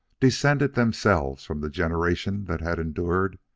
descended themselves from the generations that had endured,